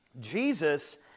Jesus